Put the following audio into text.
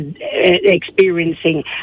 experiencing